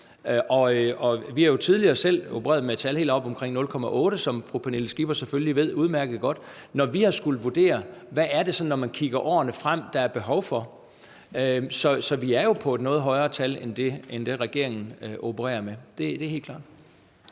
Vi har jo tidligere selv opereret med et tal helt oppe omkring 0,8 pct., som fru Pernille Skipper selvfølgelig udmærket godt ved, når vi har skullet vurdere, hvad det er, der er behov for i årene fremover. Så vi er på et noget højere tal end det, regeringen opererer med. Det er helt klart.